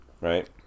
right